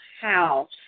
house